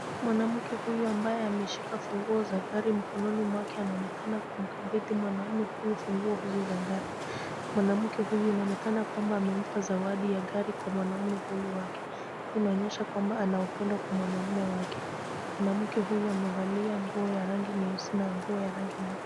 Mwanamke huyu ambaye ameshika funguo za gari mkononi mwake, anaonekana kumkabidhi mwanamume huyu funguo hizo za gari. Mwanamke huyu inaonekana kwamba amempa zawadi ya gari kwa mwanamume huyu wake. Hii inaonyesha kwamba ana upendo kwa mwanamume wake. Mwanamume huyu amevalia nguo ya rangi nyeusi na nguo ya rangi nyeupe.